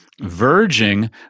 verging